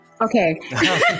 Okay